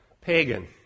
pagan